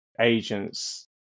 agents